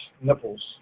nipples